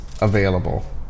available